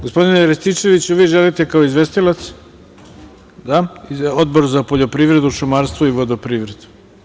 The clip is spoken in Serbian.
Gospodine Rističeviću, vi želite kao izvestilac? (Da.) Odbor za poljoprivredu, šumarstvo i vodoprivredu.